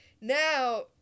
now